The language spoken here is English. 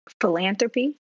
philanthropy